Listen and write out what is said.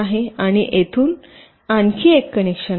आणि येथून येथून आणखी एक कनेक्शन आहे